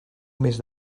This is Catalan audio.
mes